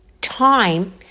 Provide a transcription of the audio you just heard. time